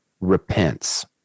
repents